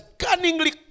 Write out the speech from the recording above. cunningly